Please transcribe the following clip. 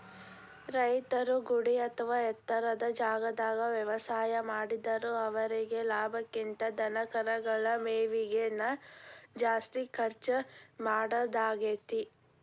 ರೈತರು ಗುಡ್ಡ ಅತ್ವಾ ಎತ್ತರದ ಜಾಗಾದಾಗ ವ್ಯವಸಾಯ ಮಾಡಿದ್ರು ಅವರೇಗೆ ಲಾಭಕ್ಕಿಂತ ಧನಕರಗಳ ಮೇವಿಗೆ ನ ಜಾಸ್ತಿ ಖರ್ಚ್ ಮಾಡೋದಾಕ್ಕೆತಿ